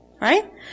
Right